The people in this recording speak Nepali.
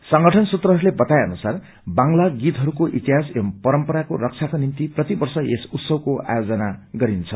संगठन सूत्रहरूले बताए अनुसार बांगला गीतहरूको इतिहास एवं परम्पराको रखाको निम्ति प्रतिवर्ष यस उत्सवको आयोजन गरिन्छ